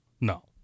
No